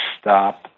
stop